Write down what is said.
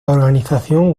organización